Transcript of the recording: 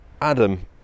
Adam